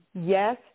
Yes